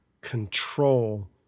control